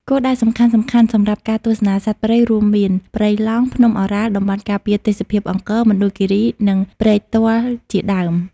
គោលដៅសំខាន់ៗសម្រាប់ការទស្សនាសត្វព្រៃរួមមាន ព្រៃឡង់ ភ្នំឱរ៉ាល់ តំបន់ការពារទេសភាពអង្គរ មណ្ឌលគិរី និងព្រែកទាល់ជាដើម។